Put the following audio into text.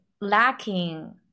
lacking